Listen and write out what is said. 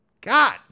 God